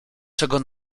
czego